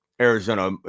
Arizona